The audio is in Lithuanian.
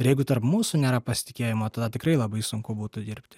ir jeigu tarp mūsų nėra pasitikėjimo tada tikrai labai sunku būtų dirbti